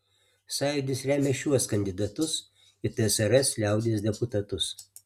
sąjūdis remia šiuos kandidatus į tsrs liaudies deputatus